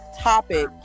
topic